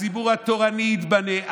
הציבור התורני ייבנה,